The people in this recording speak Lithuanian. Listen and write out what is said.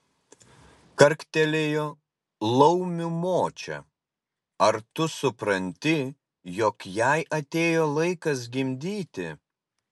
karktelėjo laumių močia ar tu supranti jog jai atėjo laikas gimdyti